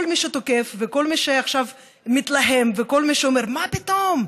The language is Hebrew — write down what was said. כל מי שתוקף וכל מי שעכשיו מתלהם וכל מי שאומר: מה פתאום,